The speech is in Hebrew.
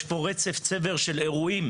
יש פה רצף וצבר של אירועים,